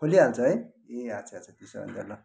खोलिहाल्छ है ए आच्छा आच्छा त्यसो भने त ल